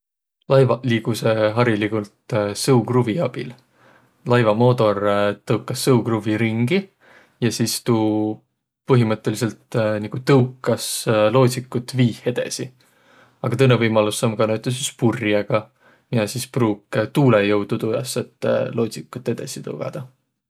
Laivaq liigusõq hariligult sõukruvvi abil. Laiva moodor tõukas sõukruvvi ringi ja tuu põhimõttõlisõlt nigu tõukas loodsikut viih edesi. Aga tõnõ võimalus om ka näütüses purjõga, miä sis pruuk tuulõ jõudu tuu jaos, et loodsikut edesi tõugadaq.